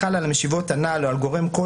חל על המשיבות הנ"ל או על גורם כל